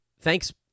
Thanks